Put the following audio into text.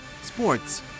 Sports